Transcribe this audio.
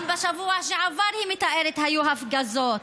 גם בשבוע שעבר, היא מתארת, היו הפגזות,